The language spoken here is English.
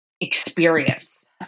experience